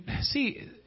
see